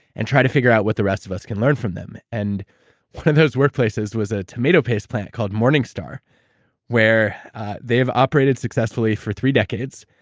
and try to figure out what the rest of us can learn from them and one of those workplaces was a tomato paste plant called morning star where they've operated successfully for three decades.